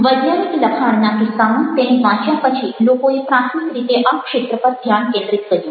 વૈજ્ઞાનિક લખાણના કિસ્સામાં તેને વાંચ્યા પછી લોકોએ પ્રાથમિક રીતે આ ક્ષેત્ર પર ધ્યાન કેન્દ્રિત કર્યું